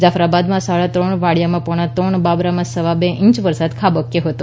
જાફરાબાદમાં સાડા ત્રણ વડીયામાં પોણા ત્રણ અને બાબરામાં સવા બે ઇંચ વરસાદ ખાબકયો હતો